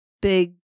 big